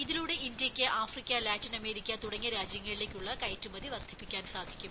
ഇതിലൂടെ ഇന്ത്യയ്ക്ക് Africa Latin America തുടങ്ങിയ രാജ്യങ്ങളിലേയ്ക്കുള്ള കയറ്റുമതി വർദ്ധിപ്പിക്കാൻ സാധിക്കും